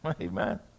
Amen